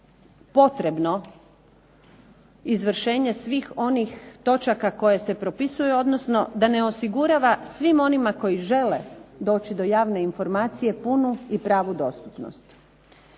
potrebno izvršene svih onih točaka koje se propisuju odnosno da ne osigurava svima onima koji žele doći do javne informacije punu i javnu dostupnost.